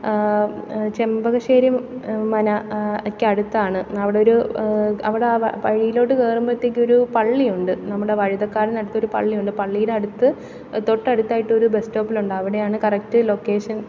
ചെമ്പകശ്ശേരി മനയ്ക്ക് അടുത്താണ് അവിടൊരു അവിടെ ആ വഴിയിലോട്ടു കയറുമ്പോഴത്തേയ്ക്കൊരു പള്ളിയുണ്ട് നമ്മുടെ വഴുതക്കാടിന് അടുത്തൊരു പള്ളിയുണ്ട് പള്ളിയുടെ അടുത്തു തൊട്ടടുത്തായിട്ട് ഒരു ബസ് സ്റ്റോപ്പുണ്ട് അവിടെയാണ് കറക്റ്റ് ലൊക്കേഷൻ